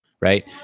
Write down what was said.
right